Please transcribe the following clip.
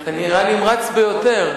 אתה נמרץ ביותר.